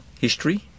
history